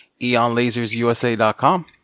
eonlasersusa.com